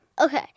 Okay